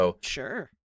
Sure